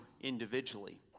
individually